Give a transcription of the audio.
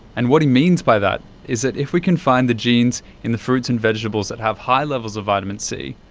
and what he means by that is that if we can find the genes in the fruits and vegetables that have high levels of vitamin c,